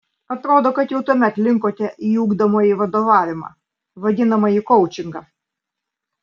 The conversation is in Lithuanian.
atrodo kad jau tuomet linkote į ugdomąjį vadovavimą vadinamąjį koučingą